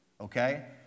okay